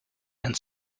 and